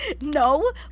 no